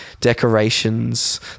decorations